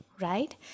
right